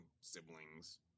siblings